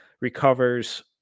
recovers